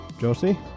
Josie